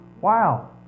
Wow